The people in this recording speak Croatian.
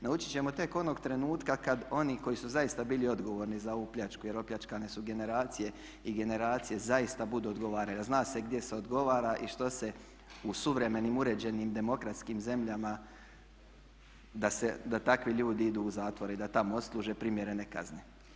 Naučit ćemo tek onog trenutka kad oni koji su zaista bili odgovorni za ovu pljačku, jer opljačkane su generacije i generacije zaista budu odgovarale, a zna se gdje se odgovara i što se u suvremenim uređenim demokratskim zemljama da takvi ljudi idu u zatvore i da tamo odsluže primjerene kazne.